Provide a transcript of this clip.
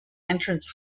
entrance